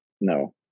No